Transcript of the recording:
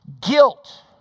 Guilt